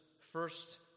first